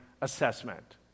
assessment